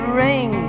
ring